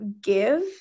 give